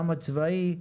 גם הצבאי,